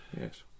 Yes